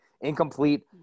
incomplete